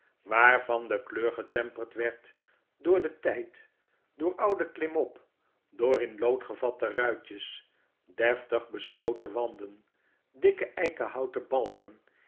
waarvan de kleur getemperd werd door den tijd door ouden klimop door in lood gevatte ruitjes deftig beschoten wanden dikke eikenhouten balken